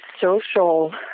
social